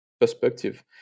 perspective